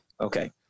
Okay